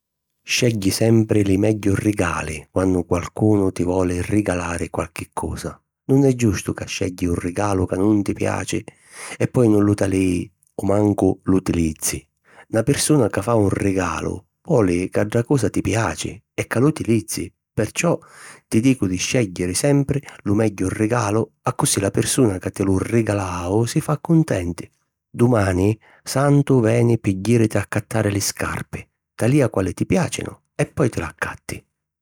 Scegghi sempri li megghiu rigali quannu qualcunu ti voli rigalari qualchi cosa. Nun è giustu ca scegghi un rigalu ca nun ti piaci e poi nun lu talìi o mancu l'utilizzi. Na pirsuna ca fa un rigalu, voli ca dda cosa ti piaci e ca l'utilizzi, perciò ti dicu di scègghiri sempri lu megghiu rigalu accussì la pirsuna ca ti lu rigalàu si fa cuntenti. Dumani, Santu veni pi jìriti a accattari li scarpi, talìa quali ti piàcinu e poi ti l'accatti.